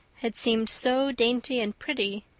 had seemed so dainty and pretty,